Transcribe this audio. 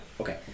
Okay